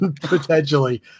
potentially